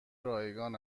رایگان